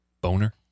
boner